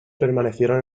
permanecieron